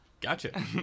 Gotcha